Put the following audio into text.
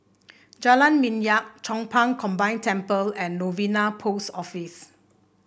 Jalan Minyak Chong Pang Combined Temple and Novena Post Office